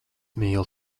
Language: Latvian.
mīlu